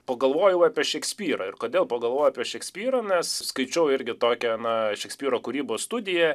pagalvojau apie šekspyrą ir kodėl pagalvojau apie šekspyrą nors skaičiau irgi tokią aną šekspyro kūrybos studiją